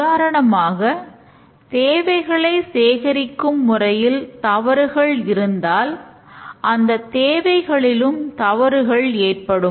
உதாரணமாக தேவைகளை சேகரிக்கும் முறையில் தவறுகள் இருந்தால் அந்த தேவைகளிலும் தவறுகள் ஏற்படும்